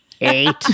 Eight